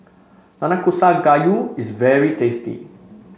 Nanakusa Gayu is very tasty